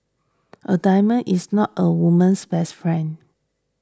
a diamond is not a woman's best friend